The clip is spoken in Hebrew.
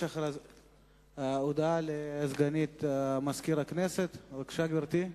הודעה לסגנית מזכיר הכנסת, בבקשה, גברתי.